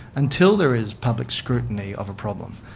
until there is public scrutiny of a problem.